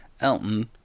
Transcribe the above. Elton